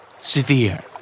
Severe